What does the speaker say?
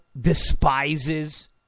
despises